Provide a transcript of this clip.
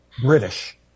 British